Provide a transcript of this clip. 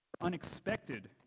Unexpected